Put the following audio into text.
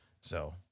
So-